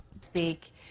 speak